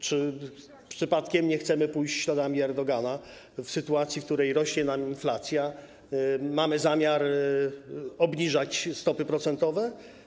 Czy przypadkiem nie chcemy pójść śladami Erdogana w sytuacji, w której rośnie nam inflacja, mamy zamiar obniżać stopy procentowe?